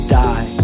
die